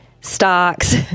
stocks